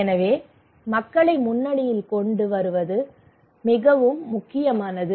எனவே மக்களை முன்னணியில் கொண்டு வருவது மிகவும் முக்கியமானது